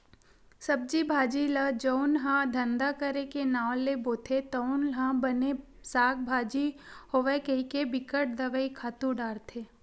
सब्जी भाजी ल जउन ह धंधा करे के नांव ले बोथे तउन ह बने साग भाजी होवय कहिके बिकट दवई, खातू डारथे